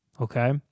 okay